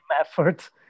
effort